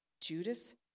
Judas